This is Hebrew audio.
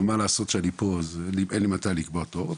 מה לעשות שאני פה ואין לי מתי לקבוע תור?